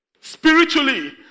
Spiritually